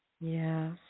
Yes